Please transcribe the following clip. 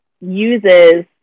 uses